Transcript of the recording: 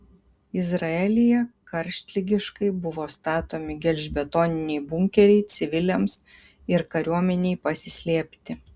izraelyje karštligiškai buvo statomi gelžbetoniniai bunkeriai civiliams ir kariuomenei pasislėpti